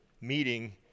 meeting